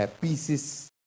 pieces